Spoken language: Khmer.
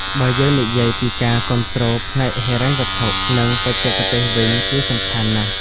បើយើងនិយាយពីការការគាំទ្រផ្នែកហិរញ្ញវត្ថុ និងបច្ចេកទេសវិញគឺសំខាន់ណាស់។